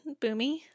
Boomy